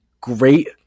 great